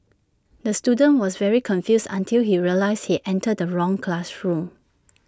the student was very confused until he realised he entered the wrong classroom